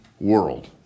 world